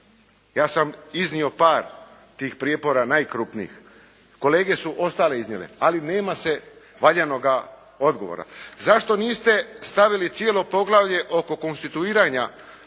Ja sam iznio par tih prijepora najkrupnijih. Kolege su ostale iznijele, ali nema se valjanoga odgovora. Zašto niste stavili cijelo poglavlje oko konstituiranja